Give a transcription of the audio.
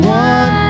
one